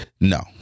No